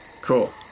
Cool